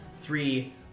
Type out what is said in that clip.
three